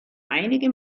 einige